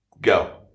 go